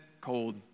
cold